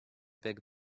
big